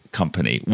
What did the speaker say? company